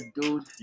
dude